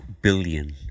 billion